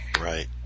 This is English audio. Right